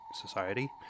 society